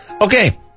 Okay